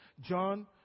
John